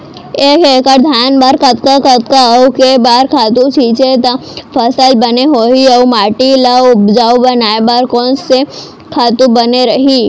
एक एक्कड़ धान बर कतका कतका अऊ के बार खातू छिंचे त फसल बने होही अऊ माटी ल उपजाऊ बनाए बर कोन से खातू बने रही?